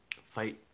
Fight